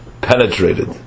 penetrated